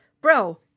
bro